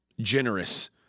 generous